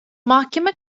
mahkeme